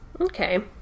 Okay